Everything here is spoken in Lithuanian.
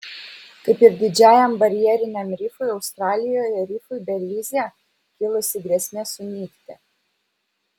kaip ir didžiajam barjeriniam rifui australijoje rifui belize kilusi grėsmė sunykti